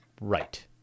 Right